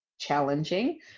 challenging